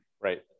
right